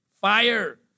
Fire